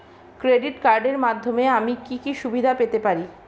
Credit কার্ডের মাধ্যমে আমি কি কি সুবিধা পেতে পারি?